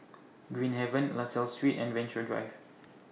Green Haven La Salle Street and Venture Drive